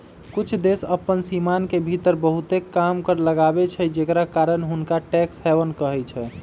कुछ देश अप्पन सीमान के भीतर बहुते कम कर लगाबै छइ जेकरा कारण हुंनका टैक्स हैवन कहइ छै